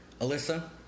Alyssa